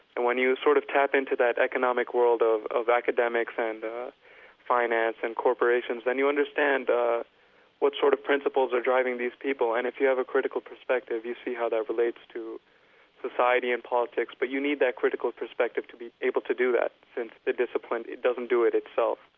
and when you sort of tap into that economic world of of academics and finance and corporations, then you understand ah what sort of principles are driving these people. and if you have a critical perspective, you see how that relates to society and politics. but you need that critical perspective to be able to do that, since the discipline it doesn't do it itself